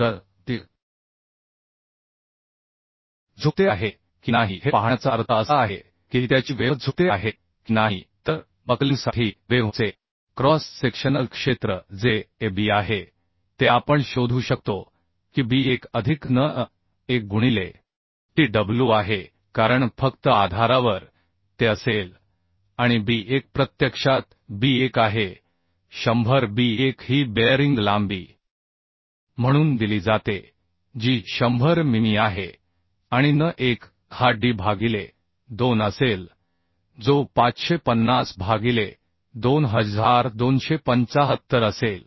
तर ते झुकते आहे की नाही हे पाहण्याचा अर्थ असा आहे की त्याची वेव्ह झुकते आहे की नाही तर बकलिंगसाठी वेव्हचे क्रॉस सेक्शनल क्षेत्र जे a b आहे ते आपण शोधू शकतो की b1 अधिक n1 गुणिले tw आहे कारण फक्त आधारावर ते असेल आणि b1 प्रत्यक्षात b1 आहे 100 b1 ही बेअरिंग लांबी म्हणून दिली जाते जी 100 मिमी आहे आणि n1 हा d भागिले 2 असेल जो 550 भागिले 2275 असेल